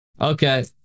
Okay